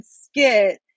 skit